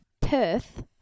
Perth